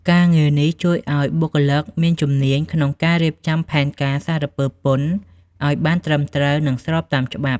ការងារនេះជួយឱ្យបុគ្គលិកមានជំនាញក្នុងការរៀបចំផែនការសារពើពន្ធឱ្យបានត្រឹមត្រូវ និងស្របតាមច្បាប់។